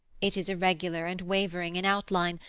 it is irregular and wavering in outline,